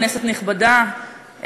כנסת נכבדה,